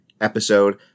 episode